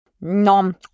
Nom